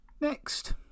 Next